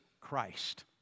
Christ